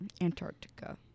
Antarctica